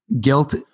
guilt